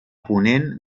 ponent